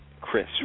Chris